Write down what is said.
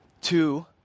Two